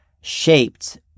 shaped